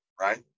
right